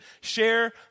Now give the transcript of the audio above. Share